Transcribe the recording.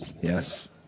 Yes